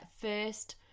first